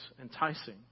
enticing